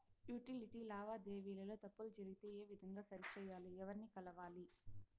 Utility లావాదేవీల లో తప్పులు జరిగితే ఏ విధంగా సరిచెయ్యాలి? ఎవర్ని కలవాలి?